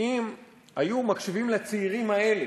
שאם היו מקשיבים לצעירים האלה,